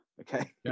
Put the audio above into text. Okay